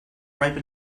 ripe